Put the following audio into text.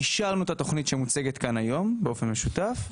אישרנו את התכנית שמוצגת כאן היום באופן משותף.